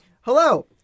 Hello